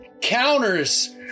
counters